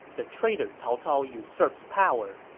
the traitor cao cao usurps power,